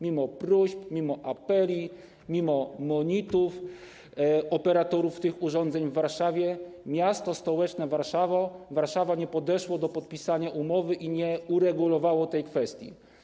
Mimo próśb, mimo apeli, mimo monitów operatorów tych urządzeń w Warszawie miasto stołeczne Warszawa nie podeszło do podpisania umowy i nie uregulowało tej kwestii.